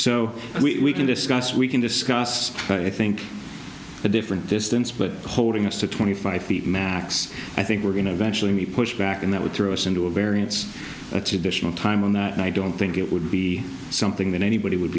so we can discuss we can discuss i think a different distance but holding us to twenty five feet max i think we're going to eventually push back and that would throw us into a variance it's additional time on that and i don't think it would be something that anybody would